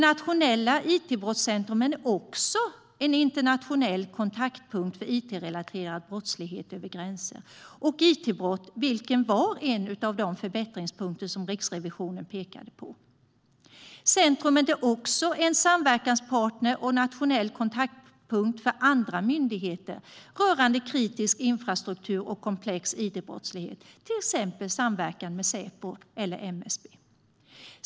Nationellt it-brottscentrum är också en internationell kontaktpunkt när det gäller it-relaterad brottslighet över gränser och it-brott, vilket var en av de förbättringspunkter som Riksrevisionen pekat på. Centrumet är en samverkanspartner och nationell kontaktpunkt för andra myndigheter rörande kritisk infrastruktur och komplex it-brottslighet. Det handlar till exempel om samverkan med Säpo och MSB.